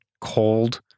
cold